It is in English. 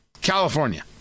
california